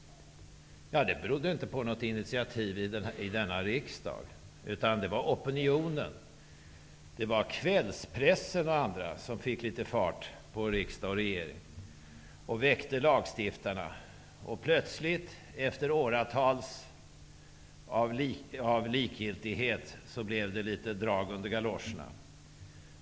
Det berodde inte på något initiativ från riksdagen, utan det var opinionen, nämligen kvällspressen, som fick litet fart på riksdag och regering, och som väckte lagstiftarna. Plötsligt, efter år av likgiltighet blev det litet drag under galoscherna.